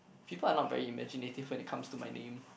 people are not very imaginative when it comes to my name